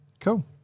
Cool